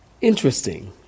Interesting